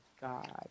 God